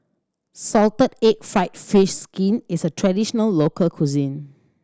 salted egg fried fish skin is a traditional local cuisine